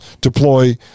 deploy